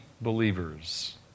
believers